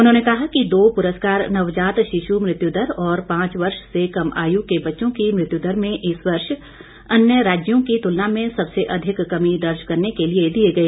उन्होंने कहा कि दो पुरस्कार नवजात शिशु मृत्यु दर और पांच वर्ष से कम आयु के बच्चों की मृत्युदर में इस वर्ष अन्य राज्यों की तुलना में सबसे अधिक कमी दर्ज करने के लिए दिए गए